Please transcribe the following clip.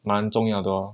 满重要的咯:man zhong yao de geo